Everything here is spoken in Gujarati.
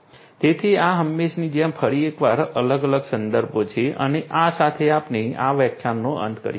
તેથી આ હંમેશની જેમ ફરી એક વાર અલગ અલગ સંદર્ભો છે અને આ સાથે આપણે આ વ્યાખ્યાનનો અંત કરીએ છીએ